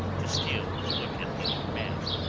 to steal a look at the old man.